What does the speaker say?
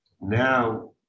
now